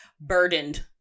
burdened